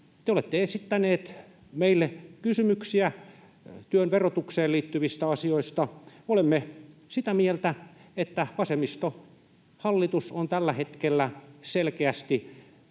Te olette esittänyt meille kysymyksiä työn verotukseen liittyvistä asioista. Olemme sitä mieltä, että vasemmistohallitus on tällä hetkellä selkeästi